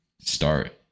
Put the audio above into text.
start